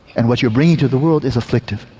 and what you're bringing to the world is afflictive.